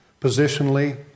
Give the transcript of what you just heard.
positionally